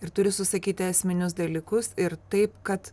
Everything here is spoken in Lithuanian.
ir turi susakyti esminius dalykus ir taip kad